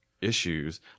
issues